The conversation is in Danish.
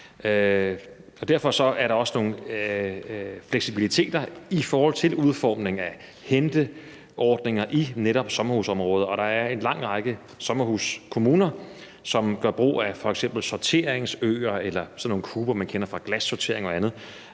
Derfor er der også noget fleksibilitet i forhold til udformningen af henteordninger i netop sommerhusområder, og der er en lang række sommerhuskommuner, som gør brug af f.eks. sorteringsøer eller sådan nogle kuber, man kender fra glassortering og andet,